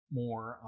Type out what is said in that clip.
more